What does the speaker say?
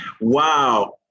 Wow